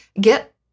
get